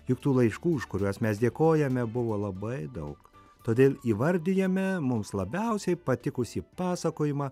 juk tų laiškų už kuriuos mes dėkojame buvo labai daug todėl įvardijame mums labiausiai patikusį pasakojimą